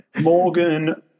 Morgan